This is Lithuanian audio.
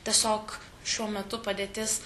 tiesiog šiuo metu padėtis